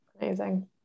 Amazing